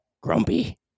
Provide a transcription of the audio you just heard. grumpy